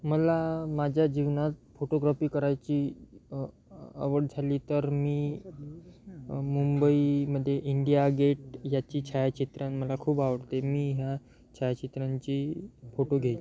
मला माझ्या जीवनात फोटोग्रापी करायची आवड झाली तर मी मुंबईमध्ये इंडिया गेट याची छायाचित्रण मला खूप आवडते मी ह्या छायाचित्रांची फोटो घेईल